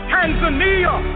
Tanzania